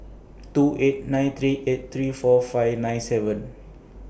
two eight nine three eight three four five nine seven